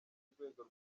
urwego